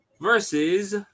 Versus